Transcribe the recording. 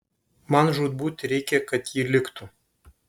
man žūtbūt reikia kad ji liktų